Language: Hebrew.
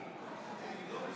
אני קובע